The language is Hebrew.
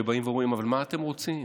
שבאים ואומרים: אבל מה אתם רוצים?